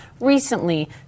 recently